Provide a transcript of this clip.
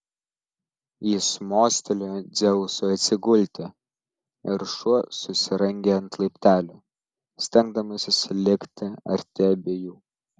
jis mostelėjo dzeusui atsigulti ir šuo susirangė ant laiptelių stengdamasis likti arti abiejų